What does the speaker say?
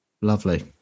Lovely